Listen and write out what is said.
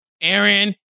Aaron